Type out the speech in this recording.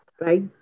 right